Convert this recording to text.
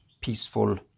peaceful